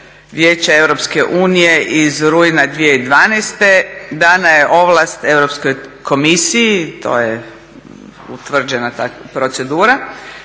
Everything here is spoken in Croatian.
Vijeća EU iz rujna 2012. dana je ovlast Europskoj komisiji. To je utvrđena ta procedura